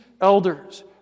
elders